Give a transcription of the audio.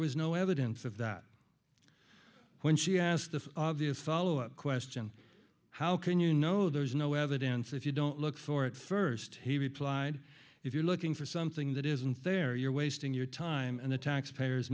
was no evidence of that when she asked the obvious follow up question how can you know there's no evidence if you don't look for it first he replied if you're looking for something that isn't fair you're wasting your time and the taxpayers